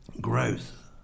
growth